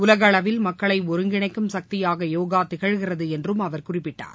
உலக அளவில் மக்களை ஒருங்கிணைக்கும் சக்தியாக யோகா திகழ்கிறது என்றும் அவர் குறிப்பிட்டார்